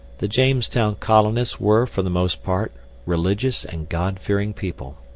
the jamestown colonists were, for the most part, religious and god-fearing people.